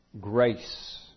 grace